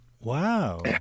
Wow